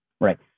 right